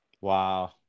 Wow